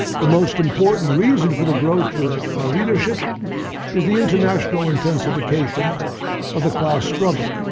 the most important reason for the growth of our readership is the international intensification of the class struggle.